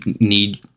need